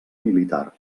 militar